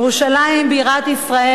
ירושלים בירת ישראל,